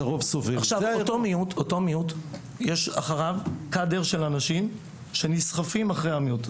אותו מיעוט יש אחריו קאדר של אנשים שנסחפים אחרי המיעוט.